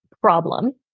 problem